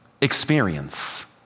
experience